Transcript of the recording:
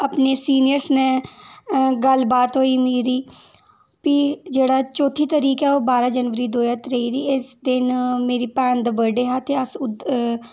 अपने सीनियरें नै गल्ल बात होई मेरी भी जेह्ड़ा चौथी तरीक ऐ ओह् बारां जनवरी दो ज्हार त्रेई दी इस दिन मेरी भैन दा बर्थडे हा ते अस उद्धर